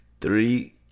Three